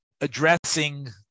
addressing